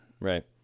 right